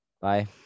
Bye